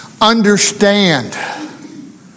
Understand